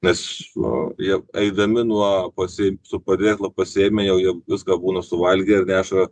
nes nu jog eidami nuo pasiimt su padėklu pasiėmei jau jau viską būnu suvalgė dešrą